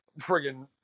friggin